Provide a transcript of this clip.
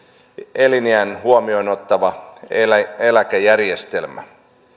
eliniän huomioon ottava eläkejärjestelmä